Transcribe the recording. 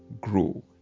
grow